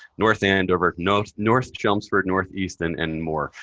north andover, north north chelmsford, northeastern, and more.